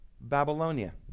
Babylonia